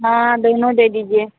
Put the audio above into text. हाँ दोनों दे दीजिए